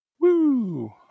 Woo